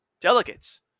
delegates